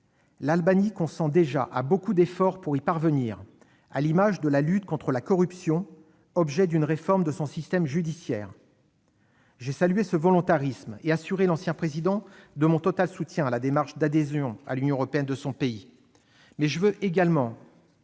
L'Albanie consent déjà à beaucoup d'efforts pour y parvenir, à l'image de la lutte contre la corruption, objet d'une réforme de son système judiciaire. J'ai salué ce volontarisme et assuré l'ancien président de mon total soutien à la démarche d'adhésion à l'Union européenne de son pays.